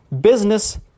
business